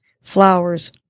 flowers